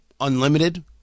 unlimited